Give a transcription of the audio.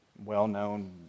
well-known